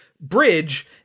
bridge